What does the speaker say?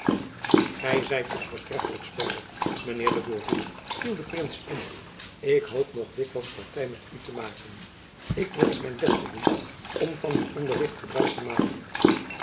gy zijt een voortreffelijk speler mijn heer de gourville viel de prins in ik hoop nog dikwijls party met u te maken ik wensch mijn best te doen om van uw onderricht gebruik te maken